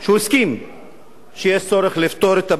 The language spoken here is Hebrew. לפתור את הבעיה של היישובים הלא-מוכרים.